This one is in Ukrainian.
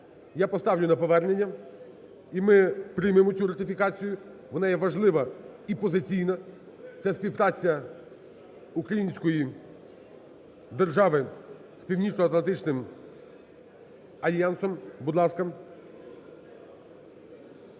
Я поставлю на повернення, і ми приймемо цю ратифікацію, вона є важлива і позиційна. Це співпраця української держави з Північноатлантичним альянсом.